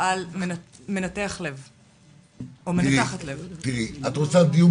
עשה התמחות בבתי חולים